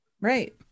Right